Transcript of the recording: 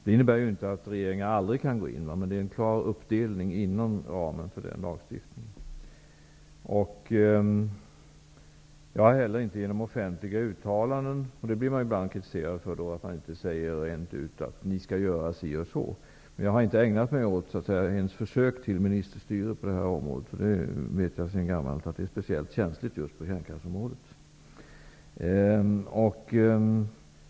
Det innebär inte att regeringen aldrig kan göra något, men det finns en klar uppdelning inom ramen för lagstiftningen. Ibland blir jag kritiserad för att jag inte säger rent ut vad man skall göra. Jag har dock inte ägnat mig åt försök till ministerstyre på det här området. Jag vet sedan gammalt att det är speciellt känsligt just på kärnkraftsområdet.